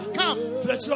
come